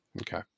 Okay